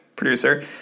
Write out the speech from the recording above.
Producer